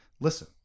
Listen